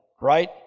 right